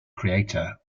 creator